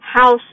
house